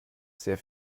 sehr